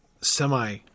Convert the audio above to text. semi